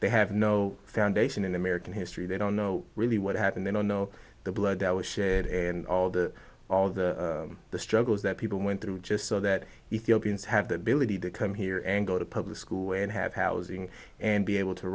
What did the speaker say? they have no foundation in american history they don't know really what happened they don't know the blood that was shed and all the all of the struggles that people went through just so that ethiopians have the ability to come here and go to public school and have housing and be able to